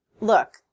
Look